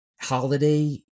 holiday